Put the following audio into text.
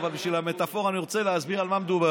אבל בשביל המטפורה אני רוצה להסביר על מה מדובר.